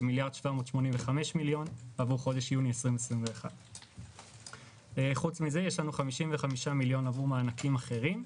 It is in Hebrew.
ומיליארד ו-785 מיליון עבור חודש יוני 2021. חוץ מזה יש לנו 55 מיליון עבור מענקים אחרים.